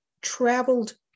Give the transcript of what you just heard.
traveled